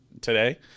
today